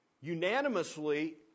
unanimously